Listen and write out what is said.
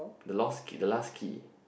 the lost key the last key